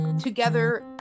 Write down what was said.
together